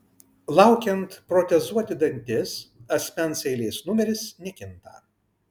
laukiant protezuoti dantis asmens eilės numeris nekinta